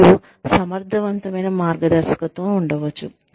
మరియు సమర్థవంతమైన మార్గదర్శకత్వం ఉండవచ్చు